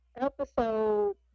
episode